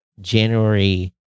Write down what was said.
January